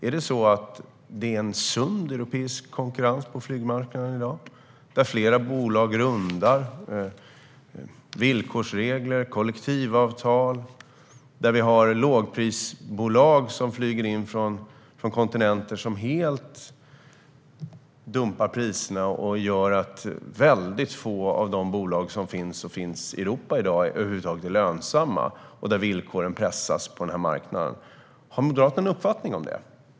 Råder det en sund europeisk konkurrens på flygmarknaden i dag, där flera bolag rundar villkorsregler och kollektivavtal, där lågprisbolag som flyger in från kontinenter där man helt dumpar priserna gör att väldigt få av bolagen i Europa över huvud taget är lönsamma och där villkoren pressas på marknaden? Har Moderaterna en uppfattning om detta?